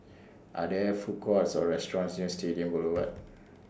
Are There Food Courts Or restaurants near Stadium Boulevard